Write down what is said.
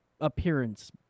appearance